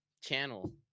channel